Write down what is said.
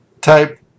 type